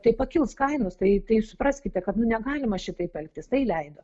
tai pakils kainos tai tai supraskite kad nu negalima šitaip elgtis tai leido